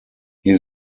hier